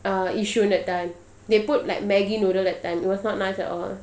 uh yishun that time they put like Maggi noodle that time it was not nice at all